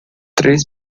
três